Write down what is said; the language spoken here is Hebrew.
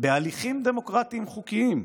בהליכים דמוקרטיים חוקיים.